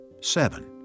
Seven